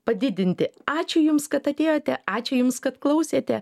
padidinti ačiū jums kad atėjote ačiū jums kad klausėte